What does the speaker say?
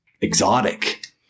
exotic